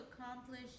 accomplish